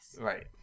right